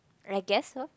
I guess so